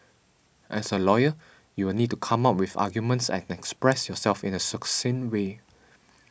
as a lawyer you'll need to come up with arguments express yourself in a succinct way